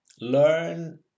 learn